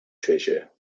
treasure